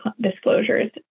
disclosures